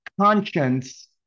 conscience